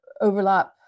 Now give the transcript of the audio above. overlap